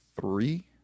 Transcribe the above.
three